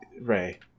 ray